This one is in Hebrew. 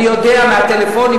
אני יודע מהטלפונים,